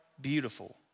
beautiful